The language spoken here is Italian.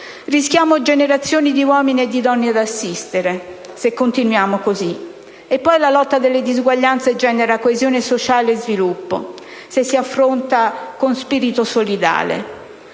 rischiamo generazioni di uomini e donne da assistere, se continuiamo così. La lotta alle disuguaglianze genera coesione sociale e sviluppo, se la si affronta con spirito solidale.